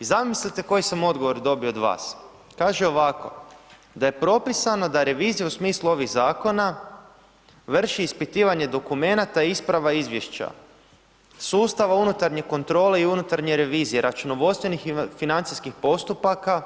I zamislite koji sam odgovor dobio od vas, kaže ovako, da je propisano da revizija u smislu ovih zakona vrši ispitivanje dokumenata, isprava i izvješća, sustav unutarnje kontrole i unutarnje revizije, računovodstvenih i financijskih postupaka,